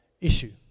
issue